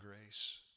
grace